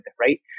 right